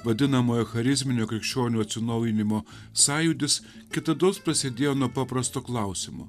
vadinamojo charizminio krikščionių atsinaujinimo sąjūdis kitados prasidėjo nuo paprasto klausimo